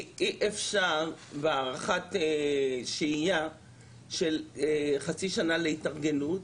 אי אפשר להסתפק בהארכת שהייה של חצי שנה להתארגנות,